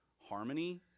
harmony